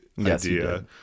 idea